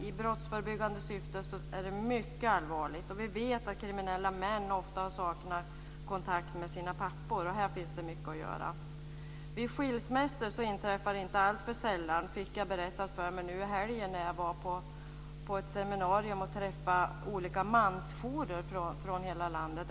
I brottsförebyggande syfte är det mycket allvarligt. Vi vet att kriminella män ofta saknar kontakt med sina pappor, och här finns det mycket att göra. Nu i helgen var jag på ett seminarium och träffade olika mansjourer från hela landet.